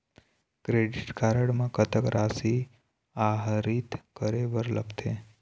Credit card म कतक राशि आहरित करे बर लगथे?